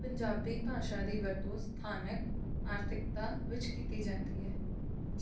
ਪੰਜਾਬੀ ਭਾਸ਼ਾ ਦੀ ਵਰਤੋਂ ਸਥਾਨਕ ਆਰਥਿਕਤਾ ਵਿੱਚ ਕੀਤੀ ਜਾਂਦੀ ਹੈ